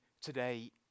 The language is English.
today